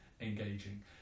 engaging